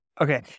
okay